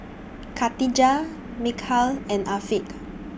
Katijah Mikhail and Afiq